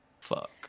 Fuck